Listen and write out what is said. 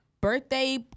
birthday